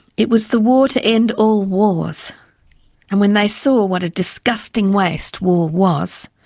it was the war to end all wars and when they saw what a disgusting waste war was,